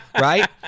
right